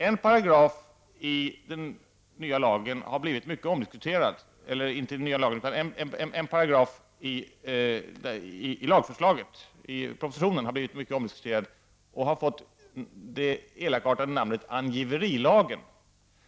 En paragraf i lagförslaget har blivit mycket omdiskuterad, och den har fått det illvilliga namnet angiverilagen.